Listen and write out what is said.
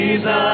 Jesus